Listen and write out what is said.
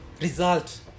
Result